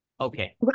Okay